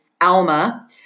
Alma